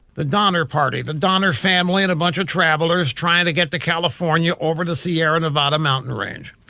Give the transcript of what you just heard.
the donner party, the donner family and a bunch of travelers tryin' to get to california over the sierra nevada mountain range.